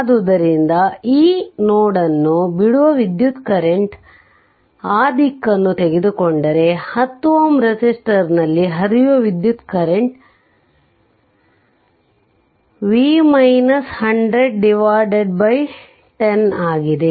ಆದ್ದರಿಂದಈ node ಅನ್ನು ಬಿಡುವ ವಿದ್ಯುತ್ ಕರೆಂಟ್ ಆ ದಿಕ್ಕನ್ನು ತೆಗೆದುಕೊಂಡರೆ 10Ω ರೆಸಿಸ್ಟರ್ ನಲ್ಲಿ ಹರಿಯುವ ವಿದ್ಯುತ್ ಕರೆಂಟ್ 10 ಆಗಿದೆ